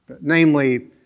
namely